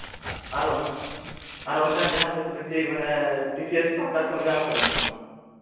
ᱟᱨᱚ ᱟᱨ ᱚᱱᱠᱟᱱ ᱡᱟᱦᱟᱱ ᱯᱷᱮᱥᱤᱞᱤᱴᱤ ᱢᱟᱱᱮ ᱴᱤ ᱥᱤ ᱮᱥ ᱯᱟᱦᱴᱟ ᱠᱷᱚᱱ ᱧᱟᱢᱚᱜ ᱠᱟᱱᱟ ᱥᱮ ᱵᱟᱝ